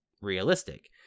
realistic